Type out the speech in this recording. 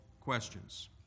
questions